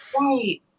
Right